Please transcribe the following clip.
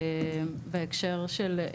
בהקשר של,